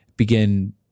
begin